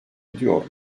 ediyor